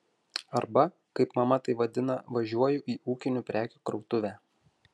arba kaip mama tai vadina važiuoju į ūkinių prekių krautuvę